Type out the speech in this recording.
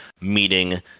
meeting